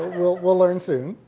we'll we'll learn soon.